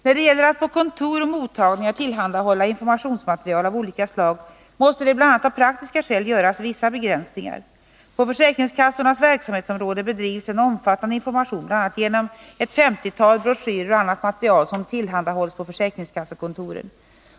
När det gäller att på kontor och mottagningar tillhandahålla informationsmaterial av olika slag måste det bl.a. av praktiska skäl göras vissa begränsningar. På försäkringskassornas verksamhetsområde bedrivs en omfattande information bl.a. genom ett femtiotal broschyrer och annat material som tillhandahålls på försäkringskassekontoren.